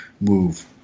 move